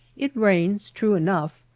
it rains, true enough,